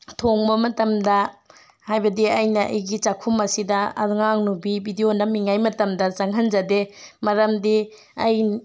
ꯊꯣꯡꯕ ꯃꯇꯝꯗ ꯍꯥꯏꯕꯗꯤ ꯑꯩꯅ ꯑꯩꯒꯤ ꯆꯥꯛꯈꯨꯝ ꯑꯁꯤꯗ ꯑꯉꯥꯡ ꯅꯨꯕꯤ ꯕꯤꯗꯤꯑꯣ ꯅꯝꯃꯤꯉꯩ ꯃꯇꯝꯗ ꯆꯪꯍꯟꯖꯗꯦ ꯃꯔꯝꯗꯤ ꯑꯩ